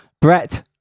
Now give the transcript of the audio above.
Brett